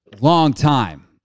longtime